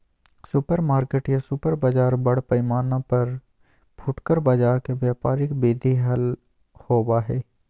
supermarket या super बाजार बड़ पैमाना पर फुटकर बाजार के व्यापारिक विधि हल होबा हई